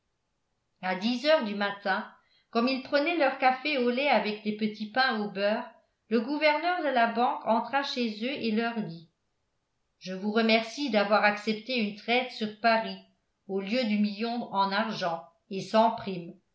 à dix heures du matin comme ils prenaient leur café au lait avec des petits pains au beurre le gouverneur de la banque entra chez eux et leur dit je vous remercie d'avoir accepté une traite sur paris au lieu du million en argent et sans prime